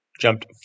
jumped